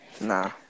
Nah